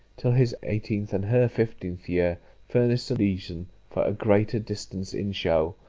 till his eighteenth and her fifteenth year furnished a reason for a greater distance in shew,